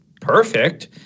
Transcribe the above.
perfect